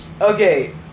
Okay